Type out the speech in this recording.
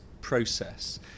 process